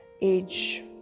age